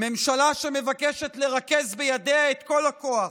ממשלה שמבקשת לרכז בידיה את כל הכוח,